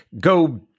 go